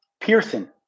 Pearson